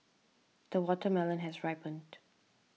the watermelon has ripened